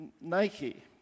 Nike